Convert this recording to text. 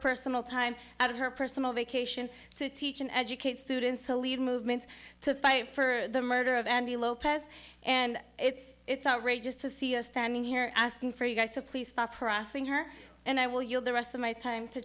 personal time out of her personal vacation to teach and educate students to lead a movement to fight for the murder of andy lopez and it's it's outrageous to see a standing here asking for you guys to please stop processing her and i will yield the rest of my time to